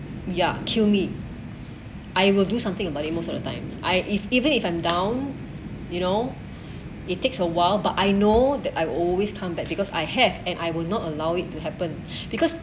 ya kill me I will do something about it most of the time I if even if I'm down you know it takes a while but I know that I've always come back because I have and I will not allow it to happen because